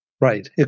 Right